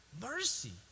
mercy